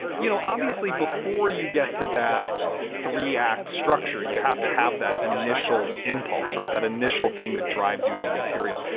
you know, obviously before you get to that three act structure, you have to have that initial impulse. write that initial thing that drives you into the material.